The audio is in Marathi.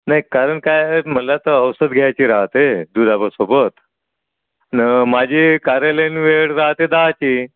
नाई कारण काय आहे मला तर औषध घ्यायची राहते दुधासोबत आणि माझी कार्यालयीन वेळ राहते दहाची